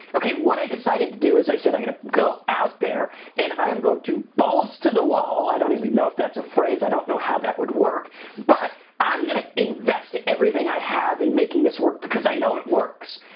okay, what i decided to do is i said i'm gonna go out there and i am going to balls to the wall, i don't even know if that is a phrase, i don't know how that would work but i'm gonna invest everything i have in making this work because i know it works.